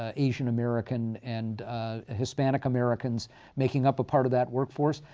ah asian american and hispanic americans making up a part of that workforce,